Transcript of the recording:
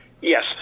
Yes